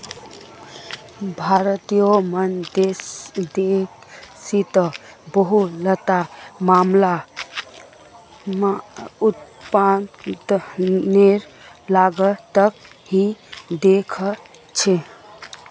भारतेर मन देशोंत बहुतला मामला उत्पादनेर लागतक ही देखछो